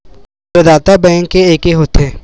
प्रदाता बैंक के एके होथे?